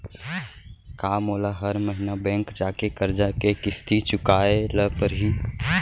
का मोला हर महीना बैंक जाके करजा के किस्ती चुकाए ल परहि?